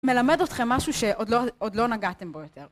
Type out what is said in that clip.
מלמד אתכם משהו שעוד לא נגעתם בו יותר.